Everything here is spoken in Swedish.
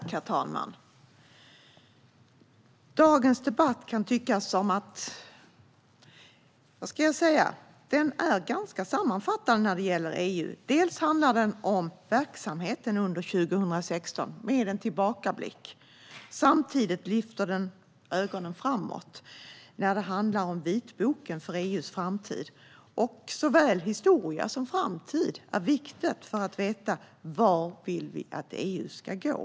Herr talman! Dagens debatt kan ses som en sammanfattning av EU. Dels handlar den om verksamheten under 2016, med en tillbakablick, dels lyfter den blicken framåt när det handlar om vitboken för EU:s framtid. Såväl historia som framtid är viktigt för att veta vart vi vill att EU ska gå.